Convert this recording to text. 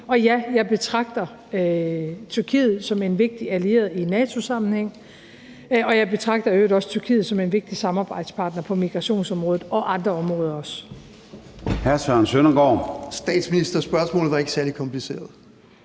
og ja, jeg betragter Tyrkiet som en vigtig allieret i NATO-sammenhæng, og jeg betragter i øvrigt også Tyrkiet som en vigtig samarbejdspartner på migrationsområdet og andre områder også.